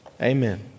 Amen